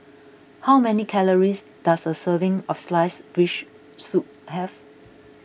how many calories does a serving of Sliced Fish Soup have